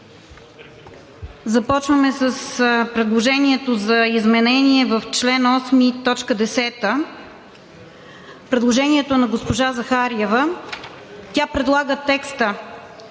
Започваме с предложението за изменение в чл. 8, т. 10. Предложението е на госпожа Захариева. Тя предлага текстът